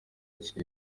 iki